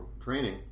training